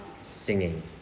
singing